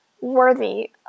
worthy